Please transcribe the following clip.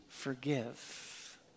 forgive